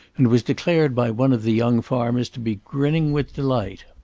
and was declared by one of the young farmers to be grinning with delight.